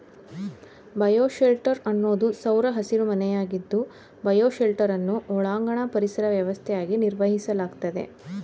bioshelter ಅನ್ನೋದು ಸೌರ ಹಸಿರುಮನೆಯಾಗಿದ್ದು ಬಯೋಶೆಲ್ಟರನ್ನು ಒಳಾಂಗಣ ಪರಿಸರ ವ್ಯವಸ್ಥೆಯಾಗಿ ನಿರ್ವಹಿಸಲಾಗ್ತದೆ